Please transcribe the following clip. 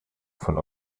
von